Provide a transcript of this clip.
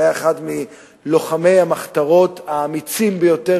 והיה אחד מלוחמי המחתרות האמיצים ביותר